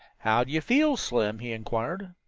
how do you feel, slim? he inquired.